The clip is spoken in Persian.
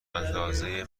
اندازه